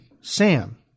Sam